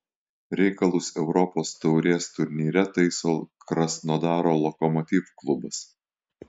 reikalus europos taurės turnyre taiso krasnodaro lokomotiv klubas